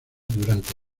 durante